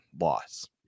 loss